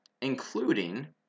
including